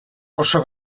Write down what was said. oso